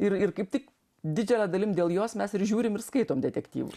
ir ir kaip tik didžialia dalim dėl jos mes ir žiūrim ir skaitom detektyvus